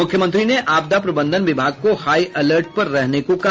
मुख्यमंत्री ने आपदा प्रबंधन विभाग को हाई अलर्ट पर रहने को कहा